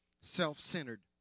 self-centered